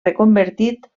reconvertit